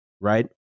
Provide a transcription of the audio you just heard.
right